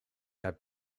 have